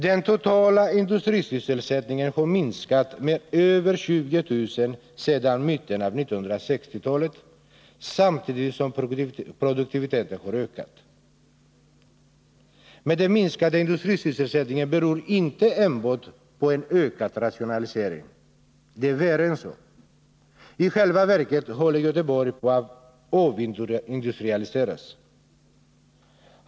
Den totala industrisysselsättningen har minskat med över 20 000 sedan mitten av 1960-talet samtidigt som produktiviteten har ökat. Men den minskade industrisysselsättningen beror inte enbart på en ökad rationalisering. Det är värre än så. I själva verket håller Göteborg på att avindustrialiseras.